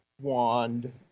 wand